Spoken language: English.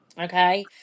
Okay